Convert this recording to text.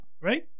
Right